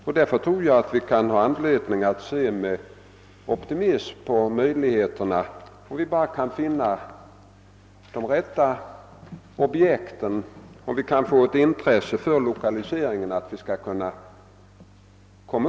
Jag tror därför att vi har anledning att se med optimism på möjligheterna att uppnå det uppställda målet, bara vi kan finna de rätta objekten och lyckas väcka intresse för lokalisering till Norrland.